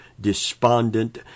despondent